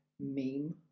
meme